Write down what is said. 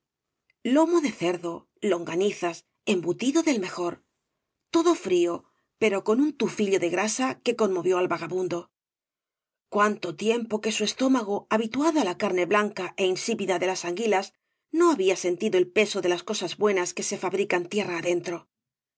lomo de cerdo longanizas embutido del mejor todo frío pero con un cañas y barro tufillo de grasa que conmovió al vagabundo jcuánto tiempo que su estómago habituado á la carne blanca é ínaípida de las anguilas no había sentido el peso de las cosas buenas que ae fabrican tierra adentro